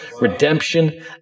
Redemption